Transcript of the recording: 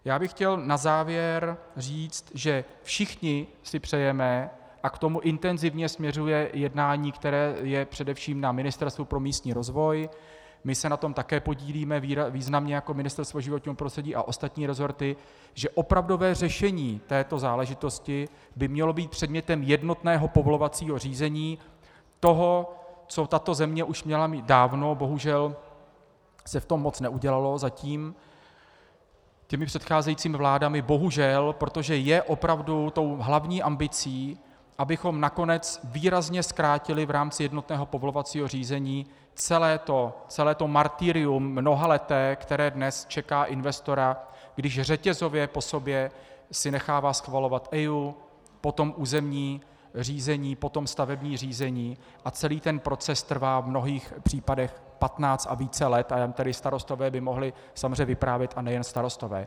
Na závěr bych chtěl říct, že si všichni si přejeme, a k tomu intenzivně směřuje jednání, které je především na Ministerstvu pro místní rozvoj, my se na tom také podílíme významně jako Ministerstvo životního prostředí a ostatní resorty, že opravdové řešení této záležitosti by mělo být předmětem jednotného povolovacího řízení, toho, co tato země už měla mít dávno bohužel se toho moc neudělalo zatím těmi předcházejícími vládami, bohužel , protože je tou hlavní ambicí, abychom nakonec výrazně zkrátili v rámci jednotného povolovacího řízení celé to martyrium, mnohaleté, které dnes čeká investora, když řetězově po sobě si nechává schvalovat EIA, potom územní řízení, potom stavební řízení, a celý ten proces trvá v mnohých případech 15 a více let, tady starostové by mohli samozřejmě vyprávět a nejen starostové.